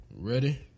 ready